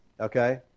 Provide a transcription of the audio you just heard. Okay